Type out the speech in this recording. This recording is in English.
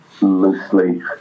loosely